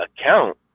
account